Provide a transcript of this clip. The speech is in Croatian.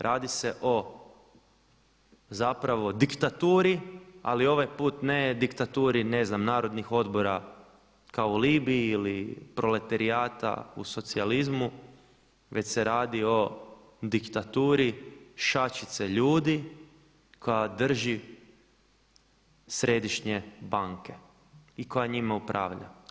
Radi se o zapravo diktaturi, ali ovaj put ne diktaturi ne znam narodnih odbora kao u Libiji ili proletarijata u socijalizmu već se radi o diktaturi šačice ljudi koja drži središnje banke i koja njima upravlja.